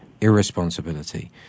irresponsibility